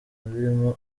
birimo